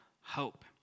hope